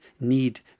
need